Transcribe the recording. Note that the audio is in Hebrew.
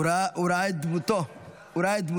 הוא ראה את דמותו ממש.